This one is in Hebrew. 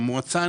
המועצה,